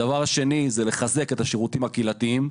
הדבר השני זה לחזק את השירותים הקהילתיים.